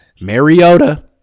Mariota